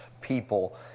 people